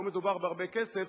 לא מדובר בהרבה כסף,